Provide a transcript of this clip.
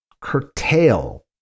curtail